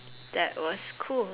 that was cool